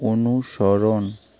অনুসরণ